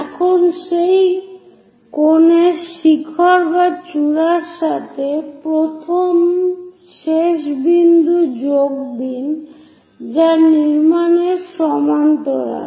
এখন সেই কোনের শিখর বা চূড়ার সাথে প্রথম শেষ বিন্দু যোগ দিন যা নির্মাণের সমান্তরাল